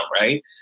right